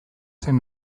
zen